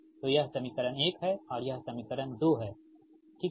तो यह समीकरण 1 है और यह समीकरण 2 हैठीक है